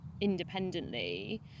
independently